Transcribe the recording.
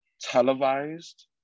televised